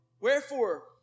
Wherefore